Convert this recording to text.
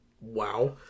wow